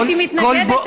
הייתי מתנגדת,